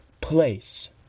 place